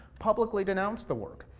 publicly denounced the work.